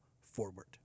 forward